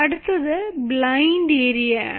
അടുത്തത് blind area ആണ്